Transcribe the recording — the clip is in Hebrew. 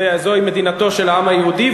וזוהי מדינתו של העם היהודי,